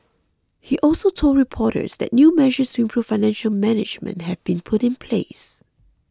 he also told reporters that new measures to improve financial management have been put in place